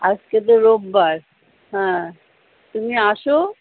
আজকে তো রবিবার হ্যাঁ তুমি আসো